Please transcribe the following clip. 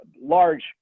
large